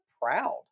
proud